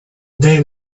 day